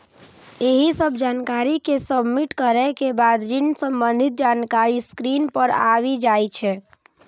एहि सब जानकारी कें सबमिट करै के बाद ऋण संबंधी जानकारी स्क्रीन पर आबि जाइ छै